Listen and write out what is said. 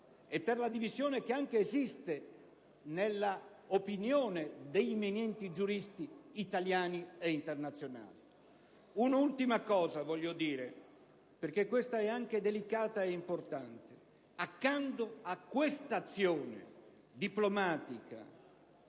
e per la divisione che esiste nell'opinione di eminenti giuristi italiani e internazionali. Un'ultima cosa mi sia consentito aggiungere, perché delicata e importante. Accanto a questa azione diplomatica